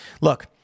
Look